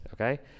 okay